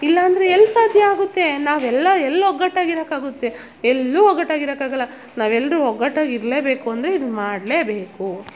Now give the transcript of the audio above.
ಇಲ್ಲಾಂದರೆ ಎಲ್ಲಿ ಸಾಧ್ಯ ಆಗುತ್ತೆ ನಾವು ಎಲ್ಲ ಎಲ್ಲಿ ಒಗ್ಗಟ್ಟಾಗಿ ಇರಕ್ಕೆ ಆಗುತ್ತೆ ಎಲ್ಲು ಒಗ್ಗಟ್ಟಾಗಿ ಇರಕ್ಕೆ ಆಗೋಲ್ಲ ನಾವೆಲ್ಲರು ಒಗ್ಗಟ್ಟಾಗಿ ಇರಲೇ ಬೇಕು ಅಂದರೆ ಇದು ಮಾಡಲೇ ಬೇಕು